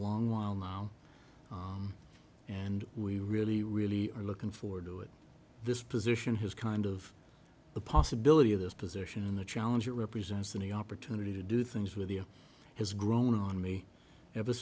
long while now and we really really are looking forward to it this position has kind of the possibility of this position and a challenge that represents any opportunity to do things with you has grown on me ever